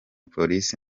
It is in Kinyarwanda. polisi